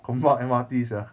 gombak M_R_T sia